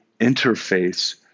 interface